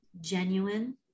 genuine